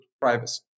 privacy